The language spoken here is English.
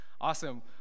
Awesome